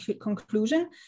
conclusion